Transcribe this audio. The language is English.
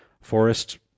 forest